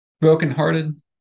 brokenhearted